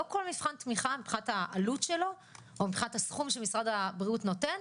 לא כל מבחן תמיכה מבחינת העלות שלו או מבחינת הסכום שמשרד הבריאות נותן,